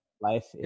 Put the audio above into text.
life